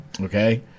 Okay